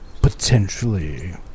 potentially